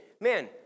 man